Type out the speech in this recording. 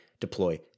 deploy